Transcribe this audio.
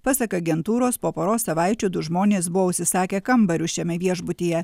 pasak agentūros po poros savaičių du žmonės buvo užsisakę kambarius šiame viešbutyje